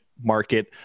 market